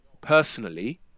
personally